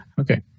Okay